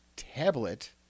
Tablet